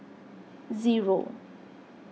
zero